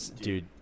Dude